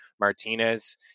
Martinez